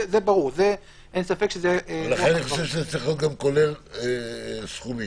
לכן אני חושב שזה צריך לכלול גם סכומים.